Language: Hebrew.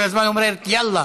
כל הזמן אומרת: יאללה,